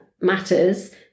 matters